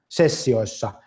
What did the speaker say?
sessioissa